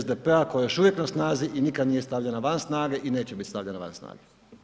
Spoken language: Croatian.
SDP-a koja je još uvijek na snazi i nikad nije stavljena van snage i neće biti stavljena van snage.